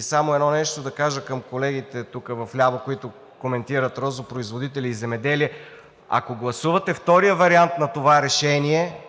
Само едно нещо да кажа към колегите тук вляво, които коментират розопроизводители и земеделие. Ако гласувате втория вариант на това решение,